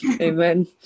Amen